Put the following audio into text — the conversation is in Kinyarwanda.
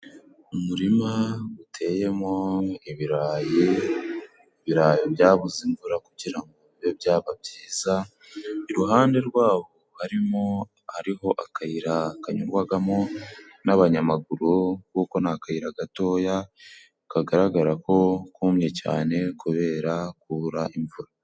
Umurima guteyemo ibirayi, ibirayi byabuze imvura kugira ngo bibe byaba byiza, iruhande rwaho harimo hariho akayira kanyugwagamo n'abanyamaguru kuko ni akayira gatoya kagaragara ko kumye cyane kubera kubura imvura.